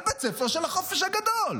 על בית ספר של החופש הגדול.